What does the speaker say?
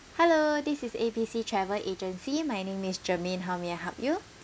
hello this is A B C travel agency my name is germaine how may I help you